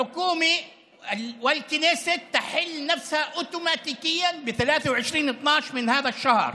הרי שהממשלה והכנסת מתפזרות אוטומטית ב-23 בדצמבר,